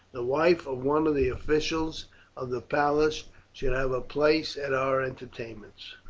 the wife of one of the officials of the palace should have a place at our entertainments.